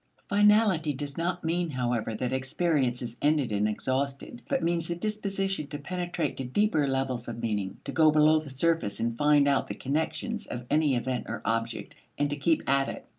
finality does not mean, however, that experience is ended and exhausted, but means the disposition to penetrate to deeper levels of meaning to go below the surface and find out the connections of any event or object, and to keep at it.